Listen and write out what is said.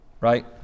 right